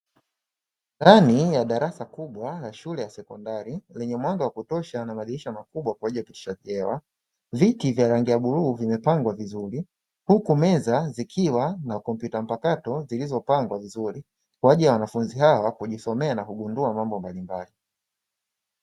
Ndani ya darasa kubwa la shule ya sekondari lenye mwanga wa kutosha na madirisha makubwa kwaajili ya upitishaji hewa, viti vya rangi ya bluu vimepangwa vizuri huku meza zikiwa na kompyuta mpakato zilizopangwa vizuri kwaajiri ya wanafunzi hao kujisomea na kugundua mambo mbalimbali.